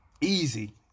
Easy